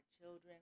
children